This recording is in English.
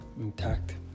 intact